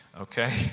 okay